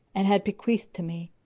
and had bequeathed to me,